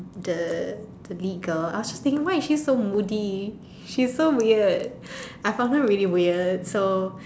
the the lead girl I was just thinking why is she so moody she's so weird I found her really weird so